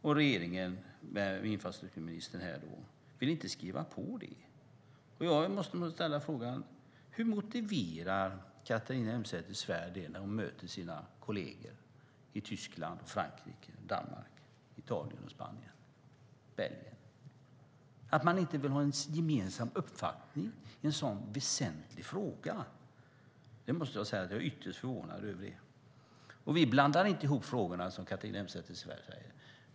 Men regeringen och infrastrukturministern vill inte skriva på det. Jag måste då ställa frågan: Hur motiverar Catharina Elmsäter-Svärd detta när hon möter sina kolleger i Tyskland, Frankrike, Danmark, Italien, Spanien och Belgien? Varför vill man inte ha en gemensam uppfattning i en sådan väsentlig fråga? Jag måste säga att jag är ytterst förvånad över det. Vi blandar inte ihop frågorna, som Catharina Elmsäter-Svärd säger.